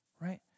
right